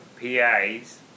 PAs